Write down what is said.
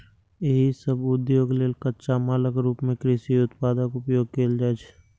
एहि सभ उद्योग लेल कच्चा मालक रूप मे कृषि उत्पादक उपयोग कैल जाइ छै